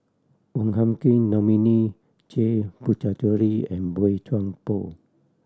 Wong Hung Khim Dominic J Puthucheary and Boey Chuan Poh